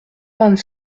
vingt